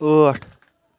ٲٹھ